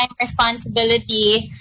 responsibility